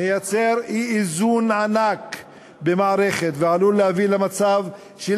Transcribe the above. מייצרת אי-איזון ענק במערכת ועלולה להביא למצב של